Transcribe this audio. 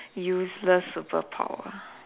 useless superpower